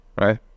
right